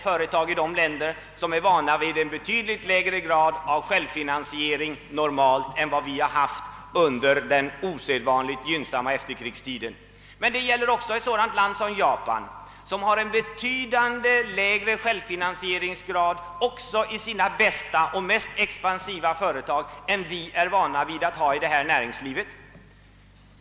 Företagarna i dessa länder är normalt vana vid en betydligt lägre grad av självfinansiering än vad vi har haft under den osedvanligt gynnsamma efterkrigstiden. Detta gäller också ett sådant land som Japan, som har en betydligt lägre självfinansieringsgrad också i sina bästa och mest expansiva företag än vad vi är vana vid att ha.